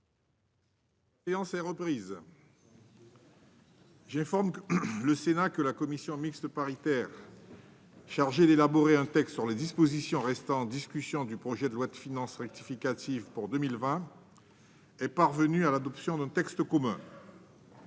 La séance est reprise. J'informe le Sénat que la commission mixte paritaire chargée d'élaborer un texte sur les dispositions restant en discussion du projet de loi de finances rectificative pour 2020 est parvenue à l'adoption d'un texte commun.